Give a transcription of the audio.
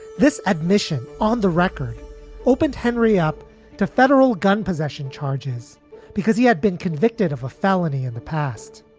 this admission on the record opened henry up to federal gun possession charges because he had been convicted of a felony in the past.